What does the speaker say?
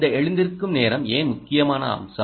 இந்த எழுந்திருக்கும் நேரம் ஏன் முக்கியமான அம்சம்